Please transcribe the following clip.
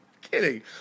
Kidding